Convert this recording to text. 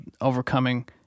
overcoming